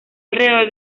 alrededor